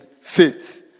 faith